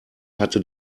hatte